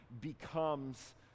becomes